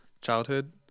childhood